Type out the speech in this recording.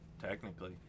technically